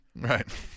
right